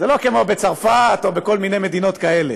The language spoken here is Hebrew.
זה לא כמו בצרפת או בכל מיני מדינות כאלה.